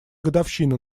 годовщину